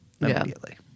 immediately